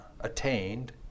attained